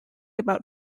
about